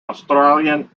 australien